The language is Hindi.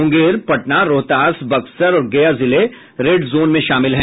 मुंगेर पटना रोहतास बक्सर और गया जिले रेड जोन में शामिल हैं